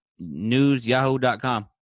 newsyahoo.com